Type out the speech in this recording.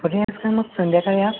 मग संध्याकाळी या